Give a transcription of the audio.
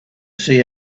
see